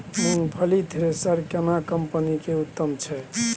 मूंगफली थ्रेसर केना कम्पनी के उत्तम छै?